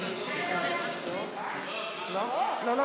לא, לא.